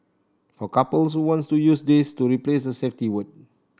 for couples who want to use this to replace the safety word